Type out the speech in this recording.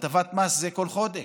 הטבת מס זה כל חודש,